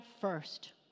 first